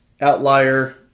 outlier